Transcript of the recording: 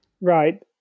Right